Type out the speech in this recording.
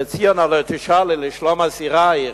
ב"ציון הלוא תשאלי לשלום אסירייך",